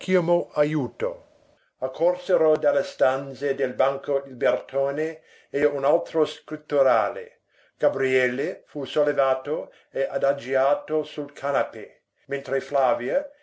ajuto accorsero dalle stanze del banco il bertone e un altro scritturale gabriele fu sollevato e adagiato sul canapè mentre flavia